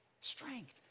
Strength